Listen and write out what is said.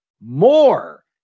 More